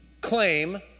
claim